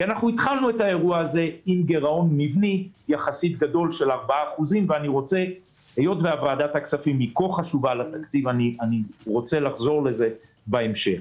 כי התחלנו את האירוע הזה עם גירעון מבני גדול יחסית של 4%. היות וועדת הכספים כה חשובה לתקציב ארצה לחזור לזה בהמשך.